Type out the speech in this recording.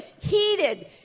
heated